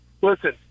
Listen